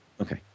Okay